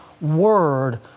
word